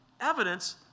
evidence